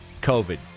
COVID